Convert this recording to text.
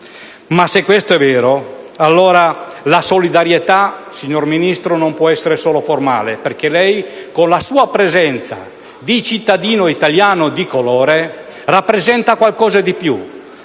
Ma se questo è vero, allora la solidarietà signor Ministro, non può essere solo formale, perché lei con la sua presenza di cittadino italiano di colore rappresenta qualcosa di più